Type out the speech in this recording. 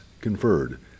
conferred